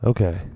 Okay